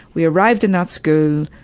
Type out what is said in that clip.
we arrived in that school,